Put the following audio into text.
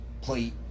plate